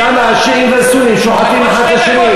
שם השיעים והסונים שוחטים אחד את השני,